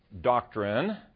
doctrine